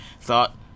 thought